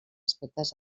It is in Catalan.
aspectes